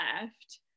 left